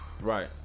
Right